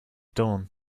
dawn